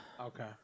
Okay